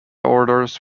orders